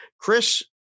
Chris